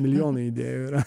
milijonai idėjų yra